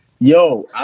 Yo